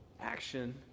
action